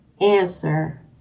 answer